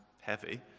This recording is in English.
heavy